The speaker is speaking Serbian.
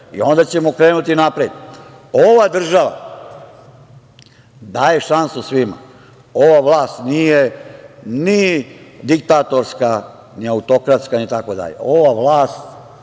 I onda ćemo krenuti napred. Ova država daje šansu svima. Ova vlast nije ni diktatorska, ni autokratska, ni tako dalje. Ova vlast,